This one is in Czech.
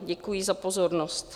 Děkuji za pozornost.